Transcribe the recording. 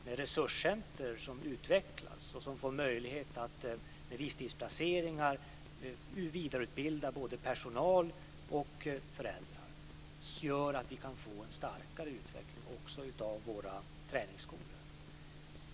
Med resurscenter som utvecklas och som får möjlighet att med visstidsplaceringar vidareutbilda både personal och föräldrar kan vi få en starkare utveckling också av våra träningsskolor.